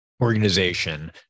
organization